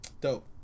Dope